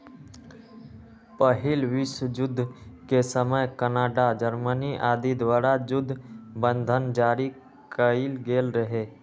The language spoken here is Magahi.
पहिल विश्वजुद्ध के समय कनाडा, जर्मनी आदि द्वारा जुद्ध बन्धन जारि कएल गेल रहै